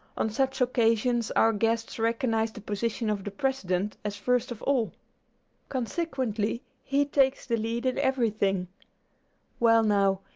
on such occasions our guests recognize the position of the president as first of all consequently, he takes the lead in everything well, now,